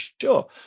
sure